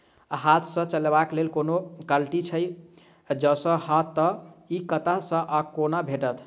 हाथ सऽ चलेबाक लेल कोनों कल्टी छै, जौंपच हाँ तऽ, इ कतह सऽ आ कोना भेटत?